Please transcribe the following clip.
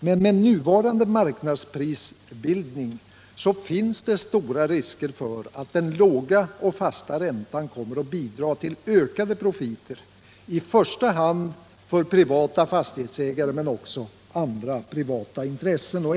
Men med nuvarande marknadsprisbildning finns stora risker för att den låga och fasta räntan kommer att bidra till ökade profiter i första hand för privata fastighetsägare men också för andra privata intressenter.